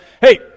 hey